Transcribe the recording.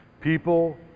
people